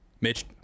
Mitch